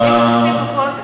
כל התקציב?